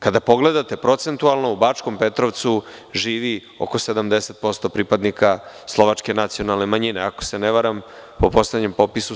Kada pogledate procentualno u Bačkom Petrovcu živi oko 70% pripadnika Slovačke nacionalne manjine, ako se ne varam po poslednjem popisu 72%